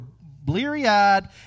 bleary-eyed